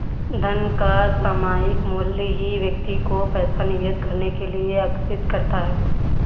धन का सामायिक मूल्य ही व्यक्ति को पैसा निवेश करने के लिए आर्कषित करता है